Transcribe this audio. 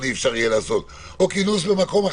אי-אפשר יהיה לעשות או כינוס במקום אחר,